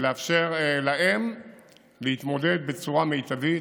ולאפשר להם להתמודד בצורה מיטבית